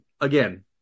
again